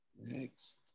next